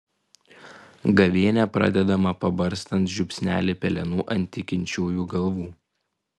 gavėnia pradedama pabarstant žiupsnelį pelenų ant tikinčiųjų galvų